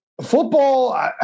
football